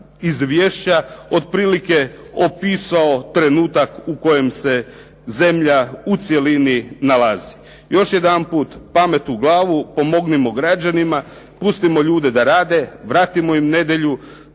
izvješća otprilike opisao trenutak u kojem se zemlja u cjelini nalazi. Još jedanput pamet u glavu, pomognimo građanima, pustimo ljude da rade, vratimo im nedjelju.